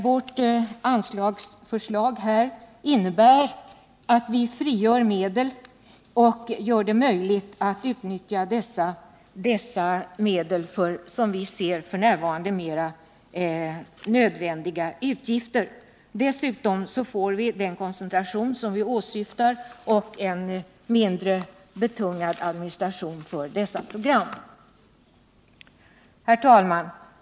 Vårt anslagsförslag på den punkten innebär att vi frigör medel och gör det möjligt att utnyttja dessa för, som vi ser det, f. n. mera nödvändiga utgifter. Dessutom får man den koncentration som vi åsyftar och en mindre betungad administration för dessa program. Herr talman!